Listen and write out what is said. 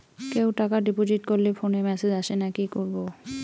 কেউ টাকা ডিপোজিট করলে ফোনে মেসেজ আসেনা কি করবো?